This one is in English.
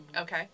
Okay